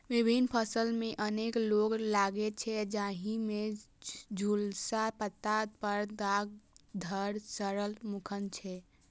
विभिन्न फसल मे अनेक रोग लागै छै, जाहि मे झुलसा, पत्ता पर दाग, धड़ सड़न मुख्य छै